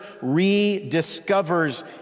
rediscovers